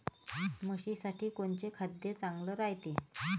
म्हशीसाठी कोनचे खाद्य चांगलं रायते?